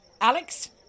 Alex